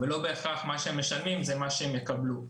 אבל לא בהכרח מה שהם משלמים זה מה שהם יקבלו.